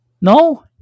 No